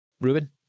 Ruben